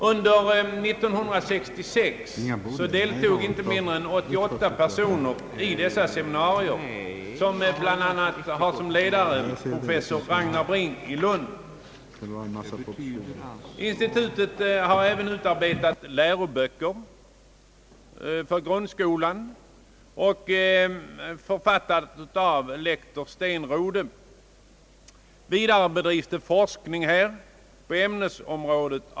Under 1966 deltog inte mindre än 88 personer i RPI:s seminarier, som bl.a. har som ledare professor Ragnar Bring i Lund. Institutet har även utarbetat läroböcker för grundskolan, författade av lektor Sten Rodhe. Vidare bedrives forskning inom ämnesområdet.